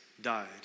died